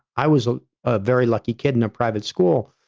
i was ah ah very lucky kid in a private school.